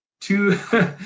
two